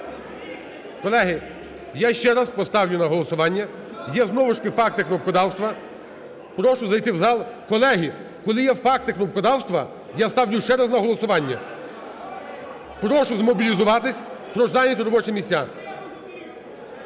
Колеги, я ще раз поставлю на голосування. Є знову ж таки факти кнопкодавства. Колеги, коли є факти кнопкодавства, я ставлю ще раз на голосування. Прошу змобілізуватись, прошу зайняти робочі місця.